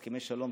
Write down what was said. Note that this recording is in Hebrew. הסכמי שלום,